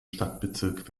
stadtbezirk